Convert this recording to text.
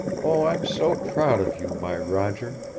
oh, i'm so proud of you, my roger.